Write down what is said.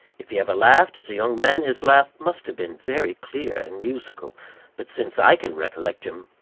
if he ever laughed, as a young man, his laugh must have been very clear and musical but since i can recollect him,